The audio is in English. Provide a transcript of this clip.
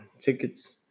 tickets